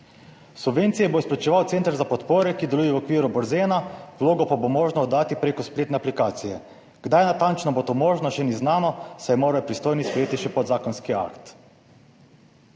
Subvencije bo izplačeval Center za podpore, ki deluje v okviru Borzena, vlogo pa bo možno oddati prek spletne aplikacije. Kdaj natančno bo to možno, še ni znano, saj morajo pristojni sprejeti še podzakonski akt.